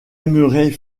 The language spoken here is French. aimerait